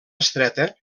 estreta